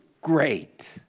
great